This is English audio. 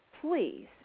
please